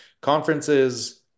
Conferences